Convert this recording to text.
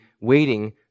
waiting